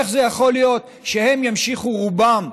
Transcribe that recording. איך זה יכול להיות שהם ימשיכו, רובם,